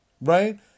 Right